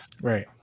Right